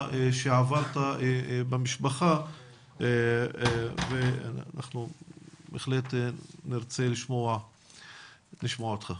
שעברת במשפחה ואנחנו בהחלט נרצה לשמוע אותך.